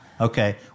Okay